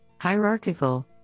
hierarchical